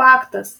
faktas